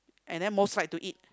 and then most like to eat